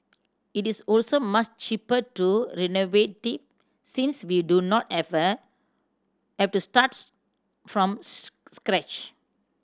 it is also much cheaper to renovated since we do not effort have to starts from scratch